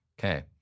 Okay